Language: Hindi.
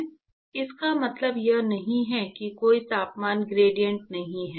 इसका मतलब यह नहीं है कि कोई तापमान ग्रेडिएंट नहीं है